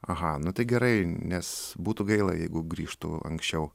aha nu tai gerai nes būtų gaila jeigu grįžtų anksčiau